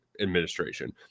administration